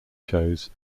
shows